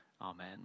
Amen